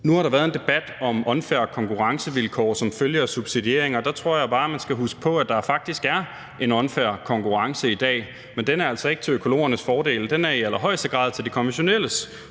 nu har der været en debat om unfair konkurrencevilkår som følge af subsidiering, og der tror jeg bare, man skal huske på, at der faktisk er en unfair konkurrence i dag. Men den er altså ikke til økologernes fordel – den er i allerhøjeste grad til det konventionelle